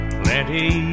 plenty